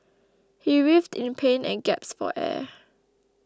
he writhed in pain and gasped for air